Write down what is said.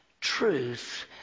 truth